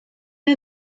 neu